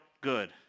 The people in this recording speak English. good